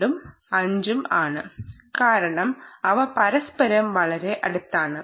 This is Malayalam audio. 0 ഉം ആണ് കാരണം അവ പരസ്പരം വളരെ അടുത്താണ്